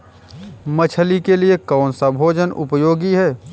मछली के लिए कौन सा भोजन उपयोगी है?